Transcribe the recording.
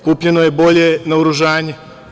Kupljeno je bolje naoružanje.